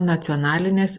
nacionalinės